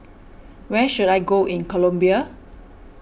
where should I go in Colombia